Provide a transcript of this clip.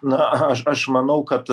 na aš aš manau kad